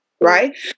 right